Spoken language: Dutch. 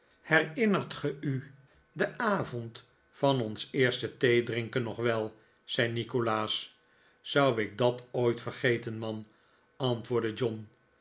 herinnert ge u den avond van ons eerste theedrinken nog wel zei nikolaas zou ik dat ooit vergeten man antwoordde john